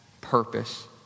purpose